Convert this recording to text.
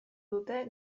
dute